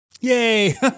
Yay